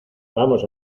vamos